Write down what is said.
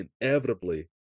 inevitably